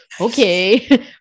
Okay